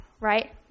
right